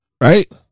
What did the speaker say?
right